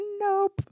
nope